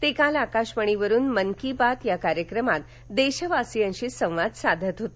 ते काल आकाशवाणीवरुन मन की बात या कार्यक्रमात देशवासियांशी संवाद साधत होते